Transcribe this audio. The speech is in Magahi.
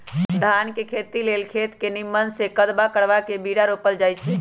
धान के खेती लेल खेत के निम्मन से कदबा करबा के बीरा रोपल जाई छइ